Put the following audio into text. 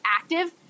active